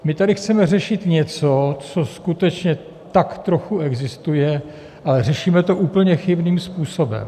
My tady chceme řešit něco, co skutečně tak trochu existuje, ale řešíme to úplně chybným způsobem.